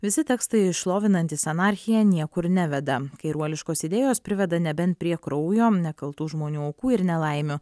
visi tekstai šlovinantys anarchiją niekur neveda kairuoliškos idėjos priveda nebent prie kraujo nekaltų žmonių aukų ir nelaimių